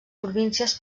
províncies